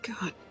God